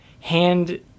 hand